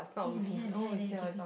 eh behind behind there give me